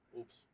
oops